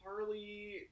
Harley